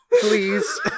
please